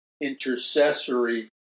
intercessory